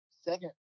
Second